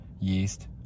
yeast